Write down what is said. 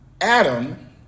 Adam